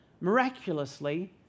Miraculously